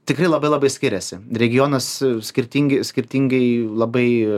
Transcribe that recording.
tikrai labai labai skiriasi regionas skirtingi skirtingai labai